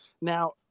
Now